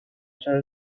چرا